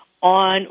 on